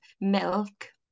milk